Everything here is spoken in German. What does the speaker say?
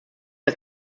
das